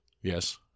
Yes